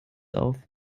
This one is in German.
auf